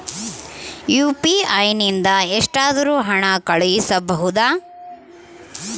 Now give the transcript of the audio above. UPI ನಿಂದ ಎಷ್ಟಾದರೂ ಹಣ ಕಳಿಸಬಹುದಾ?